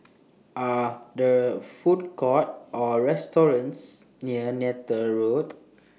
Are There Food Courts Or restaurants near Neythal Road